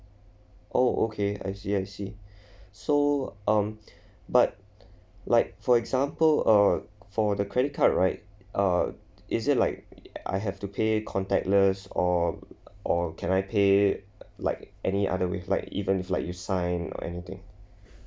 oh okay I see I see so um but like for example uh for the credit card right uh is it like I have to pay contactless or or can I pay like any other with like even if like you sign or anything